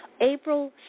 April